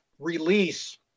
release